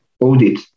audit